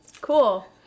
Cool